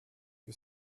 que